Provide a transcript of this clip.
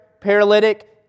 paralytic